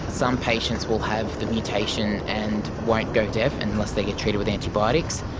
some patients will have the mutation and won't go deaf and unless they get treated with antibiotics.